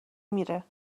میره